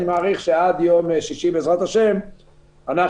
אני מעריך שעד יום שישי בעזרת השם אנחנו